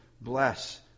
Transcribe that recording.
bless